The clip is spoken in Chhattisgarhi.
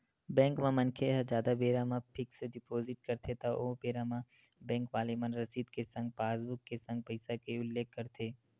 बेंक म मनखे ह जादा बेरा बर फिक्स डिपोजिट करथे त ओ बेरा म बेंक वाले मन रसीद के संग पासबुक के संग पइसा के उल्लेख करथे